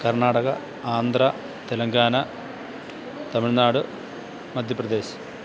Karnataka Andhra Telangana Tamil Nadu Madhya Pradesh